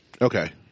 Okay